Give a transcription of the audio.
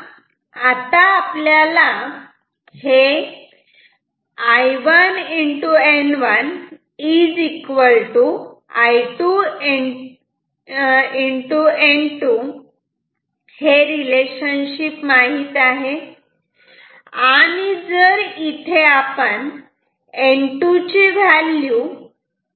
तेव्हा आता आपल्याला हे I1 N1 I2 N2 relationship माहित आहे आणि जर आपण इथे N2 ची व्हॅल्यू